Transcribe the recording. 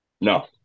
No